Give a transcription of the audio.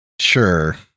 Sure